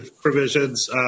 provisions